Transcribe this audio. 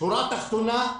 בשורה התחתונה,